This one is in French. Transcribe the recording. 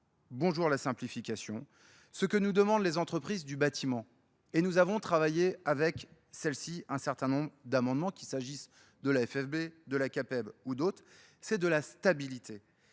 Bonjour la simplification. Ce que nous demandent les entreprises du bâtiment, et nous avons travaillé avec celle-ci un certain nombre d'amendements, qu'il s'agisse de la FFB, de la CAPEB ou d'autres, c'est de la stabilité.